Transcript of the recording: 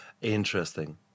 Interesting